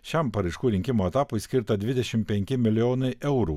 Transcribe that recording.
šiam paraiškų rinkimo etapui skirta dvidešim penki milijonai eurų